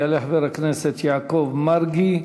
יעלה חבר הכנסת יעקב מרגי.